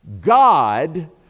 God